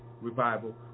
Revival